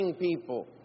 people